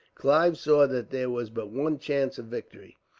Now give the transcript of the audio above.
clive saw that there was but one chance of victory.